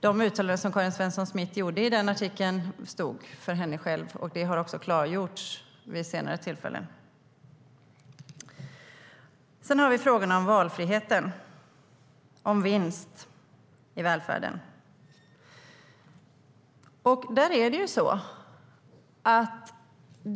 De uttalanden som Karin Svensson Smith gjorde i den artikeln stod för henne själv, och det har också klargjorts vid senare tillfälle. Sedan har vi frågan om valfriheten och vinst i välfärden.